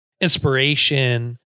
inspiration